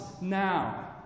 now